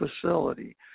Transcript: facility